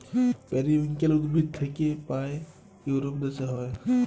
periwinkle উদ্ভিদ থাক্যে পায় ইউরোপ দ্যাশে হ্যয়